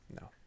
No